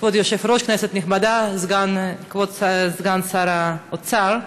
כבוד היושב-ראש, כנסת נכבדה, כבוד סגן שר האוצר,